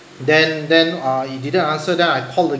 then then uh he didn't answer then I called